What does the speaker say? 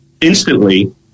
instantly